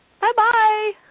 Bye-bye